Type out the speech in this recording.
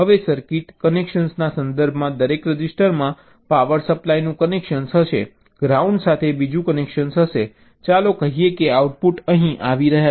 હવે સર્કિટ કનેક્શનના સંદર્ભમાં દરેક રજિસ્ટરમાં પાવર સપ્લાયનું કનેક્શન હશે ગ્રાઉન્ડ સાથે બીજું કનેક્શન હશે ચાલો કહીએ કે આઉટપુટ અહીં આવી રહ્યા છે